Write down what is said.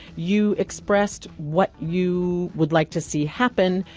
you expressed what you would like to see happen.